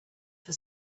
for